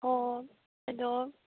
ꯍꯣ ꯑꯣ ꯑꯗꯣ